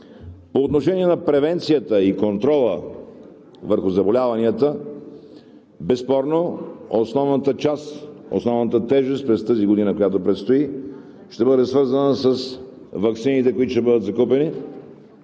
По отношение на превенцията и контрола върху заболяванията безспорно основната част, основната тежест през тази година, която предстои, ще бъде свързана с ваксините, които ще бъдат закупени